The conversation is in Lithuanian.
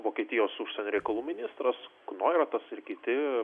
vokietijos užsienio reikalų ministras noirapas ir kiti